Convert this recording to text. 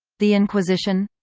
the inquisition.